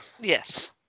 Yes